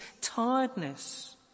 tiredness